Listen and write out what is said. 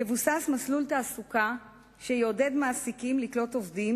יבוסס מסלול תעסוקה שיעודד מעסיקים לקלוט עובדים